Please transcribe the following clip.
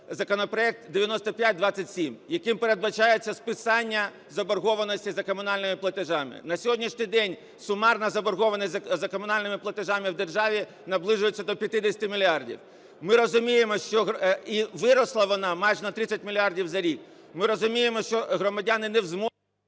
законопроект 9527, яким передбачається списання заборгованості за комунальними платежами. На сьогоднішній день сумарна заборгованість за комунальними платежами в державі наближується до 50 мільярдів. Ми розуміємо… І виросла вона майже на 30 мільярдів за рік. Ми розуміємо, що громадяни не в змозі…